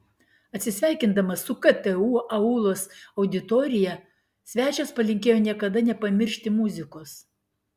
atsisveikindamas su ktu aulos auditorija svečias palinkėjo niekada nepamiršti muzikos